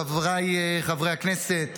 חבריי חברי הכנסת,